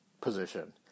position